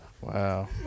Wow